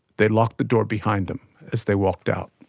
they locked the door behind them as they walked out.